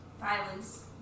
violence